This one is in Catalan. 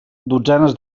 dotzenes